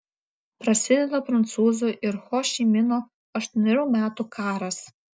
prasideda prancūzų ir ho ši mino aštuonerių metų karas